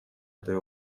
этой